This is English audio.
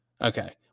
Okay